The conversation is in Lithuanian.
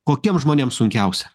kokiems žmonėms sunkiausia